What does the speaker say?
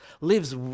lives